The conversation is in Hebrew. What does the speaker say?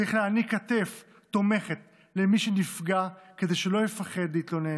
צריך להעניק כתף תומכת למי שנפגע כדי שלא יפחד להתלונן,